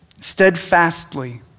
steadfastly